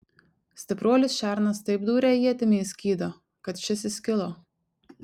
stipruolis šernas taip dūrė ietimi į skydą kad šis įskilo